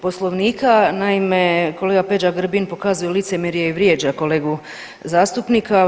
Poslovnika, naime kolega Peđa Grbin pokazuje licemjerje i vrijeđa kolegu zastupnika.